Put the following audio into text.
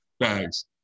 thanks